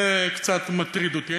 זה קצת מטריד אותי.